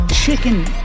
Chicken